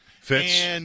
Fitz